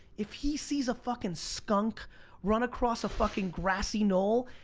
if he sees a fuckin' skunk run across a fucking grassy knoll,